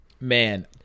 Man